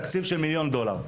בתקציב של מיליון דולר.